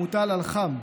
המוטל "על חם"